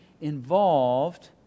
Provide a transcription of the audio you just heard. involved